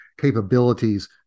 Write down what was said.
capabilities